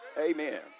Amen